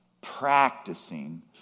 practicing